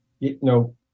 No